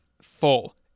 full